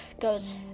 goes